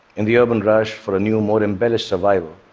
in the urban rush for a new, more embellished survival,